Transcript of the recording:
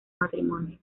matrimonio